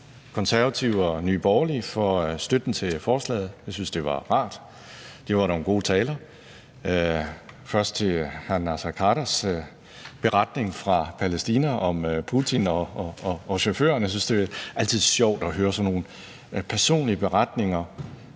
Konservative og Nye Borgerlige for støtten til forslaget. Jeg synes, at det var rart. Det var nogle gode taler. Først hørte vi hr. Naser Khaders beretning fra Palæstina om Putin og chaufførerne. Det er altid sjovt at høre sådan nogle personlige beretninger: